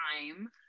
time